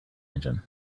engine